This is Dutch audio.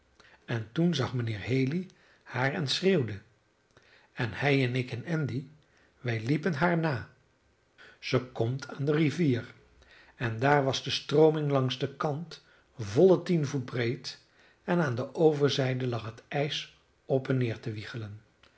en toen zag mijnheer haley haar en schreeuwde en hij en ik en andy wij liepen haar na zij komt aan de rivier en daar was de strooming langs den kant volle tien voet breed en aan de overzijde lag het ijs op en neer te wiegelen